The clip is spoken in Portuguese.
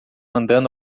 andando